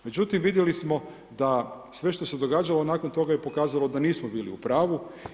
Međutim, vidjeli smo sve što se događalo nakon toga je pokazalo da nismo bili u pravu.